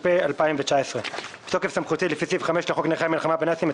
התש"ף-2019 בתוקף סמכותי לפי סעיף 5 לחוק נכי המלחמה בנאצים,